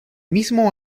mismo